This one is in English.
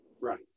Right